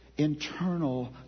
Internal